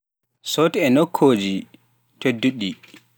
Sood e nokkuuji tedduɗi.